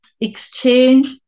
exchange